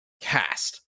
CAST